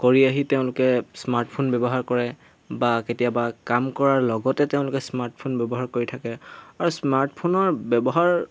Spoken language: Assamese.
কৰি আহি তেওঁলোকে স্মাৰ্টফোন ব্যৱহাৰ কৰে বা কেতিয়াবা কাম কৰাৰ লগতে তেওঁলোকে স্মাৰ্টফোন ব্যৱহাৰ কৰি থাকে আৰু স্মাৰ্টফোনৰ ব্যৱহাৰ